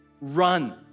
Run